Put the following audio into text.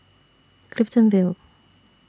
Clifton Vale